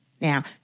Now